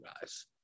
guys